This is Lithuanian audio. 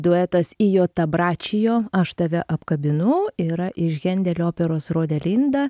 duetas iota bračijo aš tave apkabinu yra iš hendelio operos rodelinda